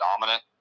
dominant